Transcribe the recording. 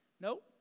Nope